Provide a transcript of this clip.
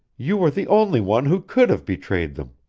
you were the only one who could have betrayed them.